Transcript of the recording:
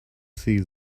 see